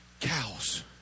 cows